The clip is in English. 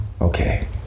okay